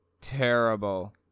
terrible